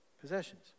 possessions